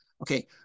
okay